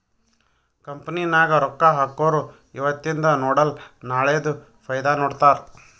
company ನಾಗ್ ರೊಕ್ಕಾ ಹಾಕೊರು ಇವತಿಂದ್ ನೋಡಲ ನಾಳೆದು ಫೈದಾ ನೋಡ್ತಾರ್